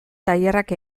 tailerrak